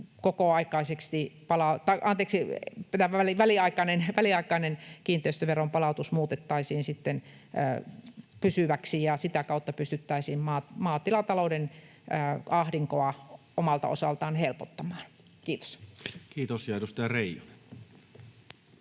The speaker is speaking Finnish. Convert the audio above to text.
väliaikainen kiinteistöveronpalautus muutettaisiin pysyväksi ja sitä kautta pystyttäisiin maatilatalouden ahdinkoa omalta osaltaan helpottamaan. — Kiitos. [Speech 182] Speaker: Toinen